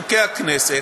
חוקי הכנסת,